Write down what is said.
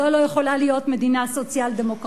זו לא יכולה להיות מדינה סוציאל-דמוקרטית.